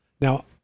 Now